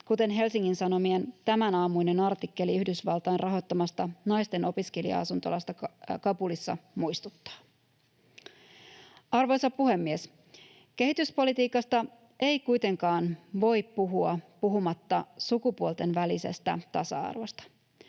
kuten Helsingin Sanomien tämänaamuinen artikkeli Yhdysvaltain rahoittamasta naisten opiskelija-asuntolasta Kabulissa muistuttaa. Arvoisa puhemies! Kehityspolitiikasta ei kuitenkaan voi puhua puhumatta sukupuolten välisestä tasa-arvosta.